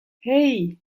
hey